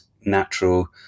natural